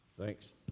Thanks